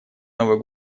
новый